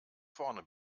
vorne